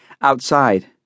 Outside